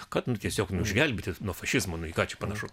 kad nu tiesiog nu išgelbėti nuo fašizmo nu į ką čia panašu